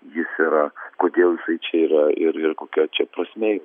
jis yra kodėl jisai čia yra ir ir kokia čia prasmė